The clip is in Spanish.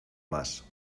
más